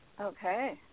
Okay